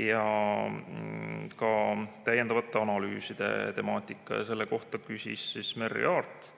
ja ka täiendavate analüüside temaatika. Selle kohta küsis Merry Aart